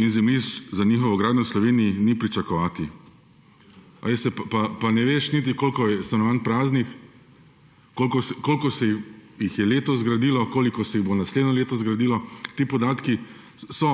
in zemljišč za njihovo gradnjo v Sloveniji ni pričakovati,« ne veš niti, koliko stanovanj je praznih, koliko se jih je letos zgradilo, koliko se jih bo naslednje leto zgradilo. Ti podatki so.